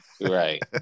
Right